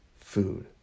food